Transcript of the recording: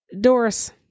Doris